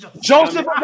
Joseph